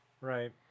Right